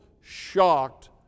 shocked